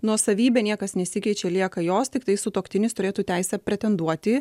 nuosavybė niekas nesikeičia lieka jos tiktai sutuoktinis turėtų teisę pretenduoti